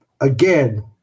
again